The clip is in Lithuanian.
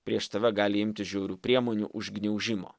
prieš tave gali imtis žiaurių priemonių užgniaužimo